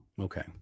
Okay